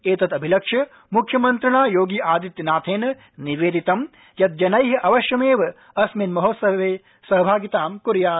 एतदभिलक्ष्य मुख्यमन्त्रिणा योगी आदित्यनाथेन निवेदितं यत् जनैः अवश्यमेव अस्मिन् महोत्सवे सहभागितां कुर्यात्